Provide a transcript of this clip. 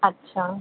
अच्छा